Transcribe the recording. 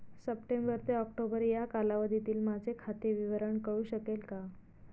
September ते October या कालावधीतील माझे खाते विवरण कळू शकेल का?